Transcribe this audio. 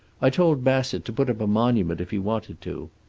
i told bassett to put up a monument if he wanted to.